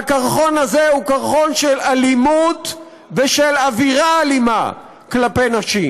והקרחון הזה הוא קרחון של אלימות ושל אווירה אלימה כלפי נשים,